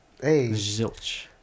Zilch